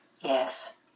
Yes